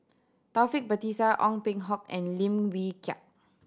Taufik Batisah Ong Peng Hock and Lim Wee Kiak